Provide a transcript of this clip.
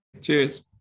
cheers